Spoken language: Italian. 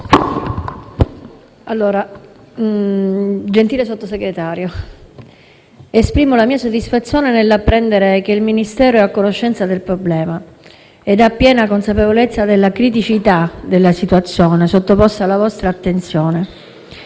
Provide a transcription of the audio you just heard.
*(M5S)*. Gentile Sottosegretario, esprimo la mia soddisfazione nell'apprendere che il Ministero è a conoscenza del problema e ha piena consapevolezza della criticità della situazione sottoposta alla vostra attenzione.